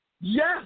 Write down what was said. Yes